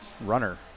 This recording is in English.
runner